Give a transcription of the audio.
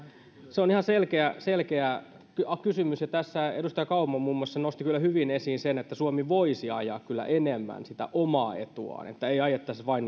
se on ihan selkeä selkeä kysymys ja tässä edustaja kauma muun muassa nosti kyllä hyvin esiin sen että suomi voisi ajaa kyllä enemmän omaa etuaan että ei ajettaisi vain